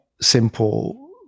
simple